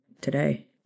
today